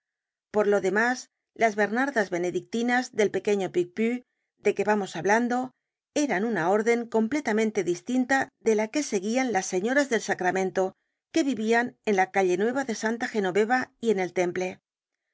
por lo demás las bernardas benedictinas del pequeño picpus de que vamos hablando eran una orden completamente distinta de la que seguían las señoras del sacramento que vivían en la calle nueva de santa genoveva y en el temple